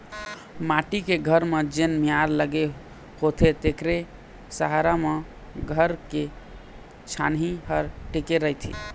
माटी के घर म जेन मियार लगे होथे तेखरे सहारा म घर के छानही ह टिके रहिथे